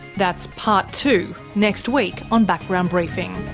that's part two, next week on background briefing.